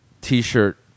t-shirt